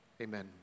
amen